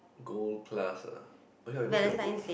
gold class ah oh ya we watch it gold